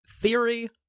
theory